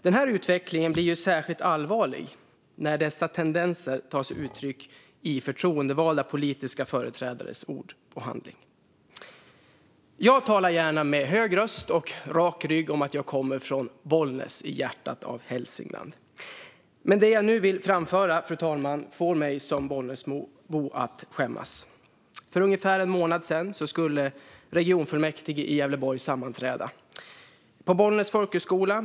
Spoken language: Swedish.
Denna utveckling blir särskilt allvarlig när dessa tendenser ges uttryck i förtroendevalda politiska företrädares ord och handling. Jag talar gärna med hög röst och rak rygg om att jag kommer från Bollnäs, i hjärtat av Hälsingland. Men det jag nu vill framföra, fru talman, får mig som Bollnäsbo att skämmas. För ungefär en månad sedan skulle regionfullmäktige i Gävleborg sammanträda på Bollnäs folkhögskola.